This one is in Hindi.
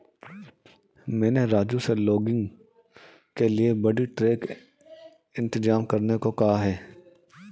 मैंने राजू से लॉगिंग के लिए बड़ी ट्रक इंतजाम करने को कहा है